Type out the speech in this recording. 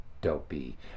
dopey